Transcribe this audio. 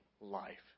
life